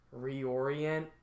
reorient